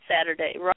Saturday